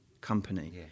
company